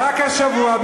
רק השבוע,